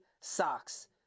Socks